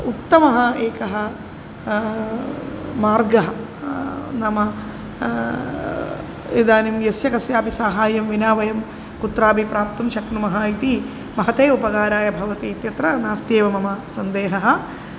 उत्तमः एकः मार्गः नाम इदानीं यस्य कस्यापि सहायं विना वयं कुत्रापि प्राप्तुं शक्नुमः इति महते उपकाराय भवति इत्यत्र नास्ति एव मम सन्देहः